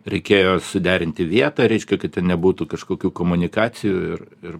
reikėjo suderinti vietą reiškia kad ten nebūtų kažkokių komunikacijų ir ir